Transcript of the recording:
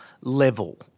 level